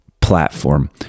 platform